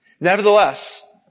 Nevertheless